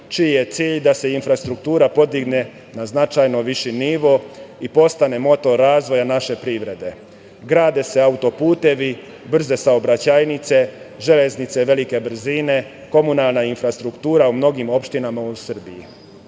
čiji je cilj da se infrastruktura podigne na značajno viši nivo i postane motor razvoja naše privrede. Grade se auto-putevi, brze saobraćajnice, železnice velike brzine, komunalna infrastruktura u mnogim opštinama u